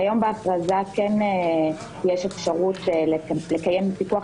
כיום בהכרזה כן יש אפשרות לקיים פיקוח